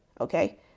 okay